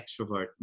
extrovert